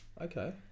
Okay